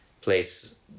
place